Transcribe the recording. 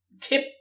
tip